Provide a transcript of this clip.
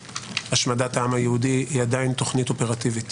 השמדת העם היהודי היא עדיין תוכנית אופרטיבית,